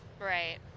right